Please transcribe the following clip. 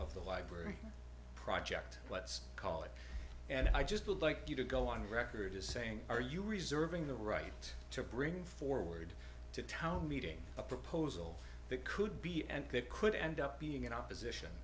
of the library project let's call it and i just would like you to go on record as saying are you reserving the right to bring forward to a town meeting a proposal that could be and could end up being in opposition